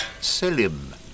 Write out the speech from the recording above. Selim